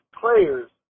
players